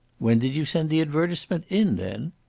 when did you send the advertisement in, then?